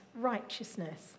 righteousness